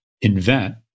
invent